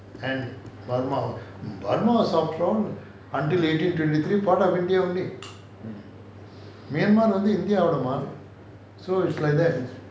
and burma burmas was after all a part of india only until eighteen twenty three part of india only myanmar வந்து:vanthu india ஓடாது மாரி:odaathu maari so it's like that